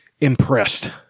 impressed